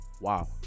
wow